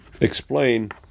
explain